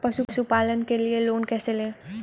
पशुपालन के लिए लोन कैसे लें?